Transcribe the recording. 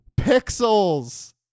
Pixels